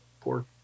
Poor